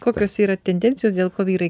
kokios yra tendencijos dėl ko vyrai